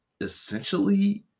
essentially